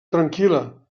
tranquil·la